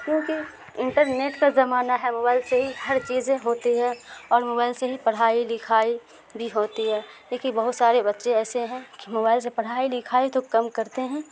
کیونکہ انٹرنیٹ کا زمانہ ہے موبائل سے ہی ہر چیزیں ہوتی ہے اور موبائل سے ہی پڑھائی لکھائی بھی ہوتی ہے دیکھیے بہت سارے بچے ایسے ہیں جو موبائل سے پڑھائی لکھائی تو کم کرتے ہیں